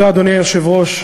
אדוני היושב-ראש,